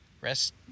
Rest